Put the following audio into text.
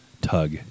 tug